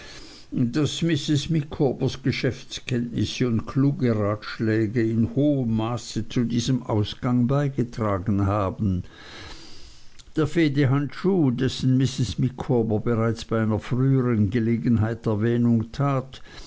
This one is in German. daß mrs micawbers geschäftskenntnis und kluge ratschläge in hohem maße zu diesem ausgang beigetragen haben der fehdehandschuh dessen mrs micawber bereits bei einer früheren gelegenheit erwähnung tat